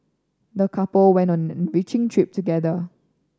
the couple went on together